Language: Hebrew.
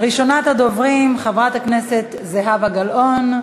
ראשונת הדוברים, חברת הכנסת זהבה גלאון,